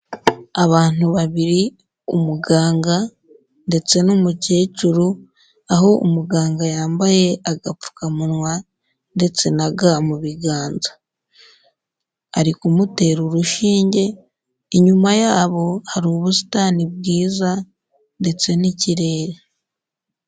Abantu babiri, umuganga ndetse n'umukecuru, aho umuganga yambaye agapfukamunwa ndetse na ga mu biganza, ari kumutera urushinge, inyuma yabo hari ubusitani bwiza ndetse n'ikirere.